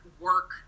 work